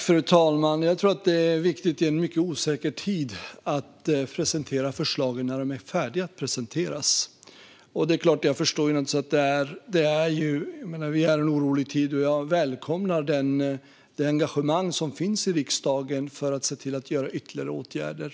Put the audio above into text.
Fru talman! I en mycket osäker tid tror jag att det är viktigt att presentera förslag när de är färdiga att presenteras. Jag förstår naturligtvis att vi befinner oss i en orolig tid, och jag välkomnar det engagemang som finns i riksdagen för att vidta ytterligare åtgärder.